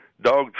dog